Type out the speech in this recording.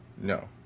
No